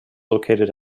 located